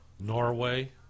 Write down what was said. Norway